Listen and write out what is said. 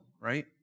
right